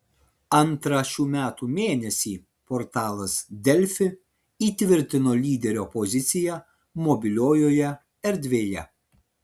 antrą šių metų mėnesį portalas delfi įtvirtino lyderio poziciją mobiliojoje erdvėje